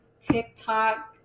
TikTok